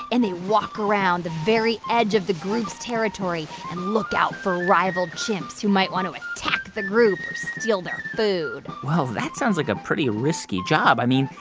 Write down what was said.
and they walk around the very edge of the group's territory and look out for rival chimps who might want to attack the group or steal their food well, that sounds like a pretty risky job. i mean,